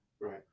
Right